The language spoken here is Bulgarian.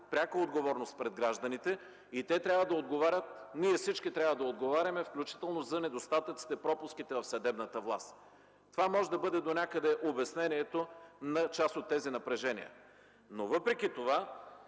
пряко отговорност пред гражданите. Те трябва да отговарят, всички ние трябва да отговаряме включително за недостатъците и пропуските в съдебната власт. Това може да бъде донякъде обяснението за част от тези напрежения. Въпреки това